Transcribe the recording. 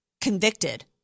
convicted